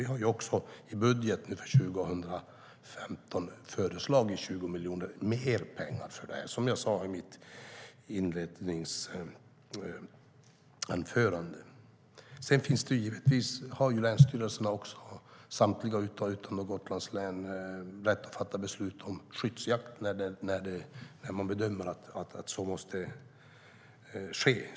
Vi har i budgeten för 2015 föreslagit 20 miljoner mer för detta, vilket jag sade i svaret. Sedan har samtliga länsstyrelser utom Gotlands rätt att fatta beslut om skyddsjakt när de bedömer att så måste ske.